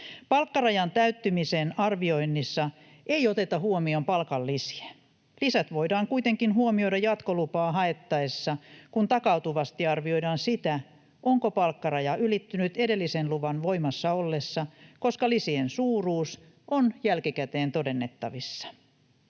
Palkkarajan täyttymisen arvioinnissa ei oteta huomioon palkanlisiä. Lisät voidaan kuitenkin huomioida jatkolupaa haettaessa, kun takautuvasti arvioidaan sitä, onko palkkaraja ylittynyt edellisen luvan voimassa ollessa, koska lisien suuruus on jälkikäteen todennettavissa.